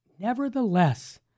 Nevertheless